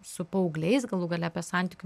su paaugliais galų gale apie santykių